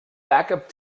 backup